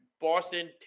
Boston